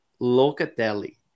Locatelli